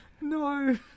No